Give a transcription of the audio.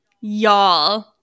Y'all